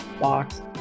Box